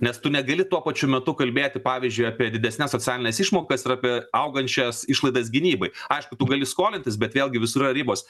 nes tu negali tuo pačiu metu kalbėti pavyzdžiui apie didesnes socialines išmokas ir apie augančias išlaidas gynybai aišku tu gali skolintis bet vėlgi visur yra ribos